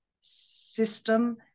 system